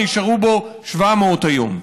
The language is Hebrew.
נשארו בו 700 היום.